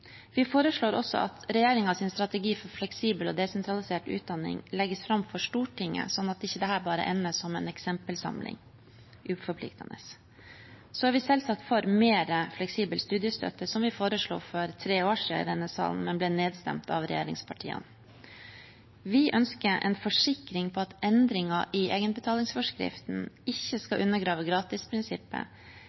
Vi foreslår også at regjeringens strategi for fleksibel og desentralisert utdanning legges fram for Stortinget, slik at dette ikke bare ender som en eksempelsamling – uforpliktende. Så er vi selvsagt for mer fleksibel studiestøtte, som vi foreslo for tre år siden i denne salen, men vi ble nedstemt av regjeringspartiene. Vi ønsker en forsikring om at endringer i egenbetalingsforskriften ikke skal undergrave gratisprinsippet